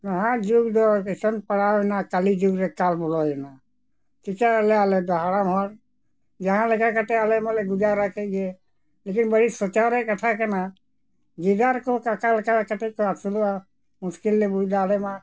ᱡᱟᱦᱟᱸ ᱡᱩᱜᱽ ᱫᱚ ᱯᱷᱮᱥᱚᱱ ᱯᱟᱲᱟᱣᱮᱱᱟ ᱠᱚᱞᱤ ᱡᱩᱜᱽᱼᱨᱮ ᱠᱟᱞ ᱵᱚᱞᱚᱭᱮᱱᱟ ᱪᱤᱠᱟᱹᱭᱟᱞᱮ ᱟᱞᱮᱫᱚ ᱦᱟᱲᱟᱢ ᱦᱚᱲ ᱡᱟᱦᱟᱸᱞᱮᱠᱟ ᱠᱟᱛᱮ ᱟᱞᱮ ᱢᱟᱞᱮ ᱜᱩᱡᱟᱨᱟ ᱠᱮᱫᱼᱜᱮ ᱞᱮᱠᱤᱱ ᱵᱟᱹᱲᱤᱡ ᱥᱳᱪ ᱨᱮᱭᱟᱜ ᱠᱟᱛᱷᱟ ᱠᱟᱱᱟ ᱡᱮᱡᱟᱨ ᱠᱚ ᱚᱠᱟᱞᱮᱠᱟ ᱠᱟᱛᱮᱫ ᱠᱚ ᱟᱹᱥᱩᱞᱚᱜᱼᱟ ᱢᱩᱥᱠᱤᱞ ᱞᱮ ᱵᱩᱡᱫᱟ ᱟᱞᱮᱢᱟ